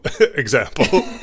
example